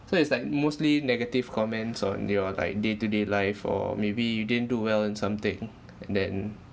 so it's like mostly negative comments on your like day to day life or maybe you didn't do well in something and then